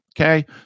Okay